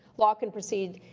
law can proceed,